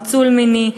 לניצול מיני,